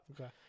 Okay